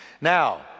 Now